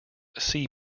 sea